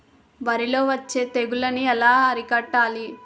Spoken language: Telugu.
వరిలో వచ్చే తెగులని ఏలా అరికట్టాలి?